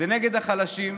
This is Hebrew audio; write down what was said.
נגד החלשים,